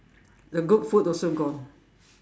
the good food also gone